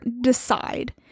decide